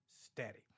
steady